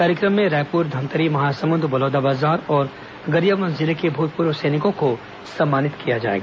कार्यक्रम में रायपुर धमतरी महासमुंद बलौदाबाजार और गरियाबंद जिले के भूतपूर्व सैनिकों को सम्मानित किया जाएगा